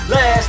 Last